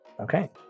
Okay